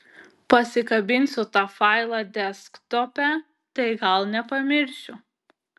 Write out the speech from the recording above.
pasikabinsiu tą failą desktope tai gal nepamiršiu